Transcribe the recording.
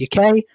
UK